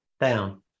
down